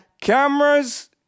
Cameras